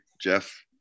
Jeff